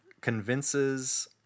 Convinces